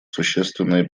существенные